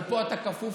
אבל פה אתה כפוף,